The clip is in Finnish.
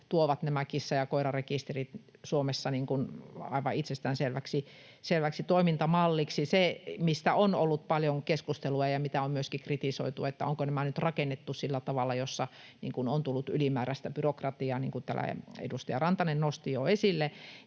tuovat nämä kissa- ja koirarekisterit Suomessa aivan itsestäänselväksi toimintamalliksi. Se, mistä on ollut paljon keskustelua ja mitä on myöskin kritisoitu, on se, onko nämä nyt rakennettu sillä tavalla, että niissä on tullut ylimääräistä byrokratiaa, niin kuin täällä edustaja Rantanen nosti jo esille.